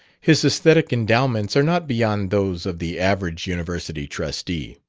his aesthetic endowments are not beyond those of the average university trustee.